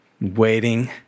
waiting